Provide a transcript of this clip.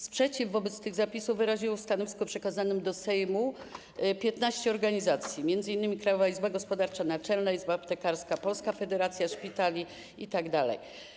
Sprzeciw wobec tych zapisów w stanowisku przekazanym do Sejmu wyraziło 15 organizacji, m.in. Krajowa Izba Gospodarcza, Naczelna Izba Aptekarska, Polska Federacja Szpitali itd.